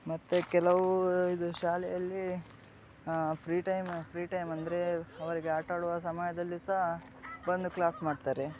ಮತ್ತು ಕೆಲವು ಇದು ಶಾಲೆಯಲ್ಲಿ ಫ್ರೀ ಟೈಮ್ ಫ್ರೀ ಟೈಮಂದ್ರೆ ಅವರಿಗೆ ಆಟಾಡುವ ಸಮಯದಲ್ಲಿ ಸಹ ಬಂದು ಕ್ಲಾಸ್ ಮಾಡ್ತಾರೆ